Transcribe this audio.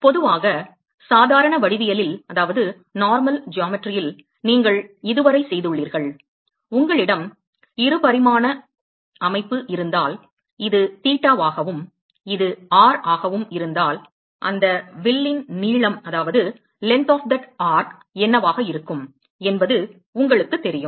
பொதுவாக சாதாரண வடிவவியலில் நீங்கள் இதுவரை செய்துள்ளீர்கள் உங்களிடம் 2 பரிமாண அமைப்பு இருந்தால் இது தீட்டாவாகவும் இது r ஆகவும் இருந்தால் அந்த வில்லின் நீளம் என்னவாக இருக்கும் என்பது உங்களுக்குத் தெரியும்